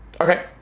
Okay